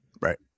Right